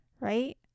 right